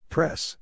Press